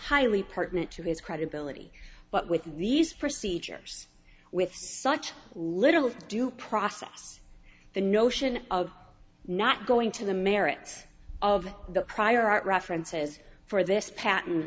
highly pertinent to his credibility but with these procedures with such little due process the notion of not going to the merits of the prior art references for this pat